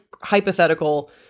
hypothetical